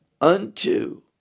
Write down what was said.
unto